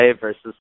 versus